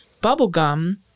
bubblegum